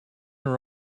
are